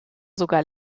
sogar